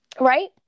Right